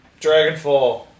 Dragonfall